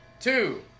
Two